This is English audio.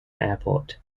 airport